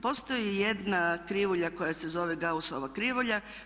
Postoji jedna krivulja koja se zove Gaussova krivulja.